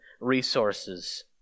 resources